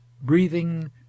breathing